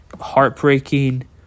Heartbreaking